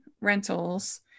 rentals